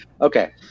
Okay